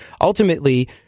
ultimately